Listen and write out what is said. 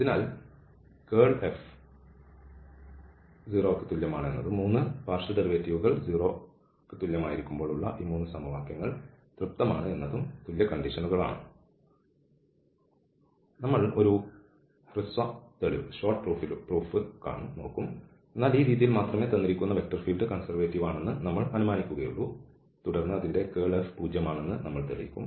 അതിനാൽ curl F 0 ന് എന്നതും 3 ഭാഗിക ഡെറിവേറ്റീവുകൾ 0 ന് തുല്യമായിരിക്കുമ്പോൾ ഉള്ള ഈ 3 സമവാക്യങ്ങൾ തൃപ്തമാണ് എന്നതും തുല്യ കണ്ടീഷനുകൾ ആണ് നമ്മൾ ഒരു ഹ്രസ്വ തെളിവ് കാണും എന്നാൽ ഈ രീതിയിൽ മാത്രമേ തന്നിരിക്കുന്ന വെക്റ്റർ ഫീൽഡ് കൺസെർവേറ്റീവ് ആണെന്ന് നമ്മൾ അനുമാനിക്കുകയുള്ളൂ തുടർന്ന് അതിന്റെ കേൾ F പൂജ്യമാണെന്ന് നമ്മൾ തെളിയിക്കും